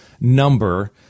number